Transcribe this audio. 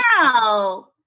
wow